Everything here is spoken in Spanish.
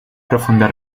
profunda